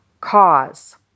cause